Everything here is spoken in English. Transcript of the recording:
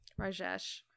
Rajesh